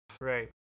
right